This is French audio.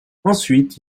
ensuite